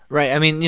right. i mean, you